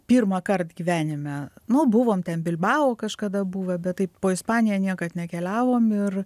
pirmąkart gyvenime nu buvom ten bilbao kažkada buvę bet taip po ispaniją niekad nekeliavom ir